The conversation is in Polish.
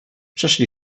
przeszli